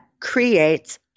creates